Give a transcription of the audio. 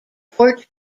port